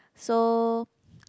so